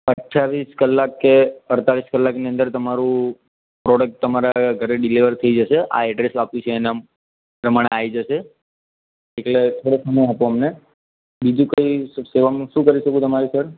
અઠ્યાવીસ કલાક કે અડતાલીસ કલાકની અંદર તમારું પ્રોડક્ટ તમારા ઘરે ડીલેવર થઈ જશે આ એડ્રેસ આપ્યું છે એના પ્રમાણે આવી જશે એટલે થોડોક સમય આપો અમને બીજું કંઈ સેવામાં શું કરી શકું તમારી સર